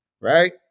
right